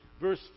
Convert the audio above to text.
verse